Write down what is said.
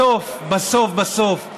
בסוף בסוף בסוף,